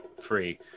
free